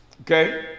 Okay